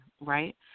right